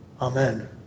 Amen